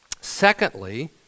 Secondly